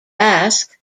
basque